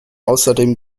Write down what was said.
außerdem